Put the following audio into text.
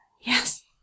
Yes